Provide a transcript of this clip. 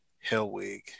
hellwig